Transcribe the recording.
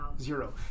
Zero